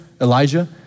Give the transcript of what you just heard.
Elijah